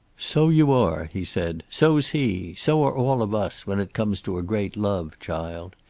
so you are, he said. so's he. so are all of us, when it comes to a great love, child.